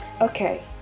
okay